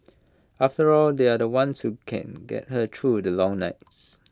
after all they are the ones who can get her through the long nights